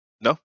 No